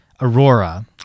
Aurora